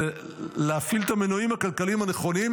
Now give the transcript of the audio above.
להפעיל את המנועים הכלכליים הנכונים,